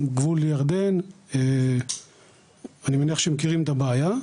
גבול ירדן, אני מניח שהם מכירים את הבעיה.